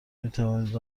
میتوانید